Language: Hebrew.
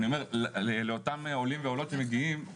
לאותם עולים ועולות שמגיעים,